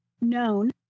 known